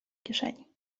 kieszeni